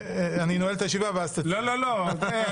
הישיבה ננעלה.